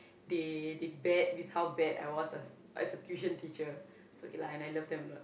they they bet with how bad I was as as a tuition teacher so okay lah and I love them a lot